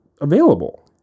available